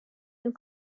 and